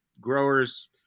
growers